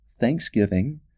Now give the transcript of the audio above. thanksgiving